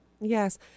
Yes